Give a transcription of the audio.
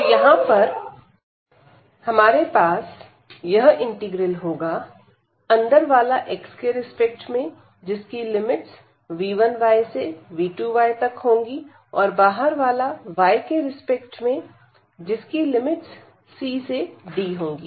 तो यहां पर हमारे पास यह इंटीग्रल होगा अंदर वाला x के रिस्पेक्ट में जिसकी लिमिट्स v1 से v2 तक होंगी और बाहर वाला yके रिस्पेक्ट जिसकी लिमिट्स c से d होगी